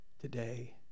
today